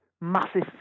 massive